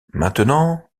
maintenant